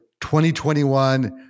2021